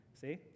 See